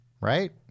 right